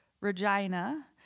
Regina